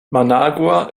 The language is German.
managua